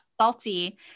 salty